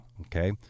Okay